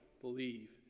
believe